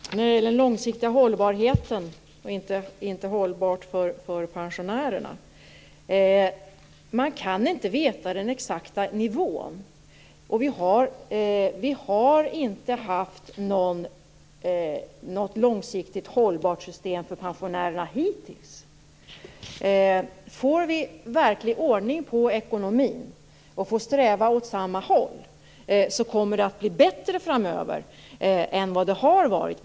Fru talman! Ragnhild Pohanka talar om den långsiktiga hållbarheten och säger att det inte är hållbart för pensionärerna. Man kan inte veta den exakta nivån. Vi har hittills inte haft något långsiktigt hållbart system för pensionärerna. Får vi verklig ordning på ekonomin och strävar åt samma håll kommer det att bli bättre framöver än vad det har varit.